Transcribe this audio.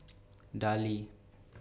Darlie